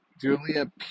Julia